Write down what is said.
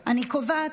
להעביר את